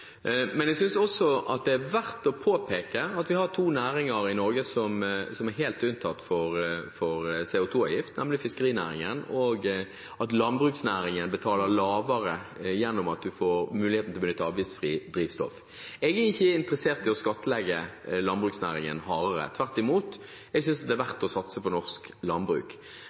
Men jeg synes også det er verdt å påpeke at vi har to næringer i Norge som er helt unntatt fra CO2-avgift, nemlig fiskerinæringen og landbruksnæringen, som betaler mindre ved at en får mulighet til å benytte avgiftsfritt drivstoff. Jeg er ikke interessert i å skattlegge landbruksnæringen hardere. Tvert imot, jeg synes det er verdt å satse på norsk landbruk.